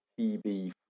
TB